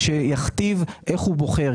שיכתיב איך הוא בוחר,